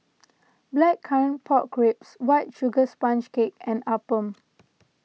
Blackcurrant Pork Ribs White Sugar Sponge Cake and Appam